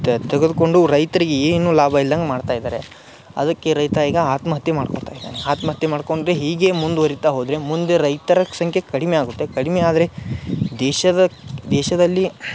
ತೆಗೆದ್ಕೊಂಡು ರೈತ್ರಿಗೆ ಏನು ಲಾಭ ಇಲ್ದಂಗೆ ಮಾಡ್ತಾರಯಿದ್ದಾರೆ ಅದಕ್ಕೆ ರೈತ ಈಗ ಆತ್ಮಹತ್ಯೆ ಮಾಡ್ಕೊತ ಇದ್ದಾನೆ ಆತ್ಮಹತ್ಯೆ ಮಾಡ್ಕೊಂಡು ಹೀಗೆ ಮುಂದ್ವರಿತಾ ಹೋದರೆ ಮುಂದೆ ರೈತರ ಸಂಖ್ಯೆ ಕಡಿಮೆ ಆಗುತ್ತೆ ಕಡಿಮೆ ಆದರೆ ದೇಶದ ದೇಶದಲ್ಲಿ